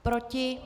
Proti?